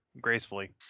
gracefully